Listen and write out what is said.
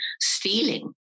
stealing